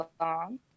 long